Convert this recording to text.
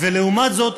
ולעומת זאת,